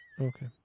Okay